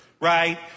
right